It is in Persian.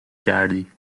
کردی